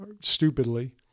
stupidly